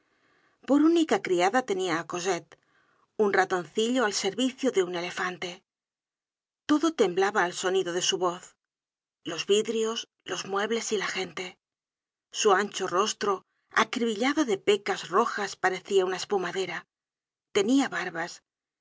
por única criada tenia á cosette un ratoncillo al servicio de un elefante todo temblaba al sonido de su voz los vidrios los muebles y la gente su ancho rostro acribillado de pecas rojas parecia una espumadera tenia barbas